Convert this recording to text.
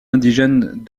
indigène